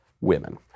women